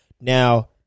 Now